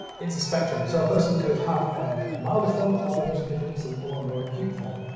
it's a spectrum. so a person could have a milder form of a vision deficiency or a more acute form.